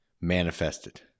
manifested